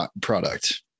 product